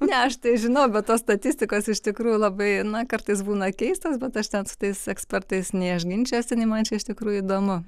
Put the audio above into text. ne aš tai žinau bet tos statistikos iš tikrųjų labai na kartais būna keistos bet aš ten su tais ekspertais nei aš ginčijuosi nei man čia iš tikrųjų įdomu